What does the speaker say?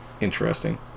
interesting